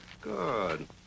Good